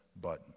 button